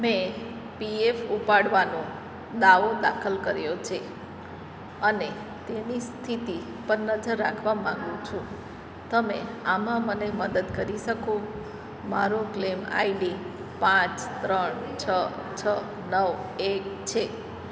મેં પીએફ ઉપાડવાનો દાવો દાખલ કર્યો છે અને તેની સ્થિતિ પર નજર રાખવા માગું છું તમે આમાં મને મદદ કરી શકો મારો ક્લેમ આઈડી પાંચ ત્રણ છ છ નવ એક છે